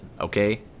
okay